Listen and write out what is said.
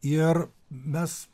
ir mes